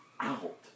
out